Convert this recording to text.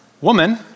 woman